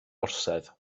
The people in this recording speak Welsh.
orsedd